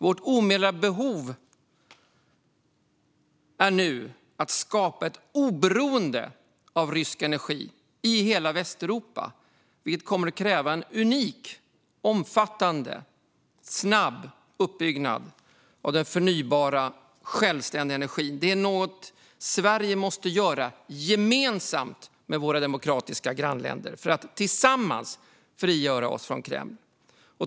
Vårt omedelbara behov är nu att skapa ett oberoende av rysk energi i hela Västeuropa, vilket kommer att kräva en unik, omfattande och snabb uppbyggnad av den förnybara, självständiga energin. Det är något vi i Sverige måste göra gemensamt med våra demokratiska grannländer för att tillsammans frigöra oss från Kreml.